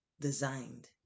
designed